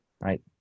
Right